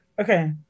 Okay